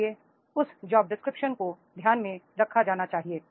इसलिए उस जॉबडिस्क्रिप्शन को ध्यान में रखा जाना चाहिए